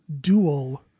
dual